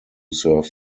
serve